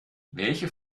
welche